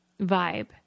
vibe